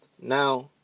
now